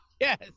Yes